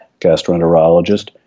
gastroenterologist